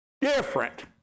different